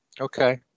Okay